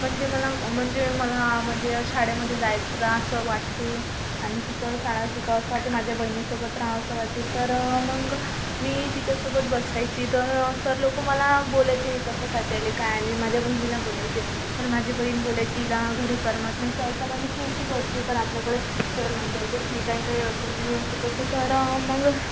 म्हणजे मला म्हणजे मला म्हणजे शाळेमध्ये जाय जासं वाटे आणि तिथं शाळा शिकावंसं वाटे माझ्या बहिणीसोबत रहावंसं वाटे तर मग मी तिच्यासोबत बसायची तर सर लोकं मला बोलायचे कशासाठी आली काय आली माझ्या बहिणीला बोलायचे तर माझी बहीण बोलायची हिला घरी करमत नाही सर तर म्हणजे हे अशी बसते तर आपल्याकडे सर म्हणत होते ठीक आहे काही अडचण नाही असं तसं तर मग